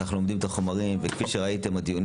אנחנו לומדים את החומרים וכפי שראיתם הדיונים